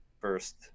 first